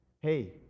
Hey